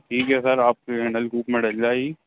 ठीक है सर आपके नलकूप में डल जाएगी